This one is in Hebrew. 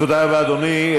תודה רבה, אדוני.